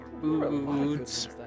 boots